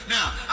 Now